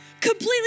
completely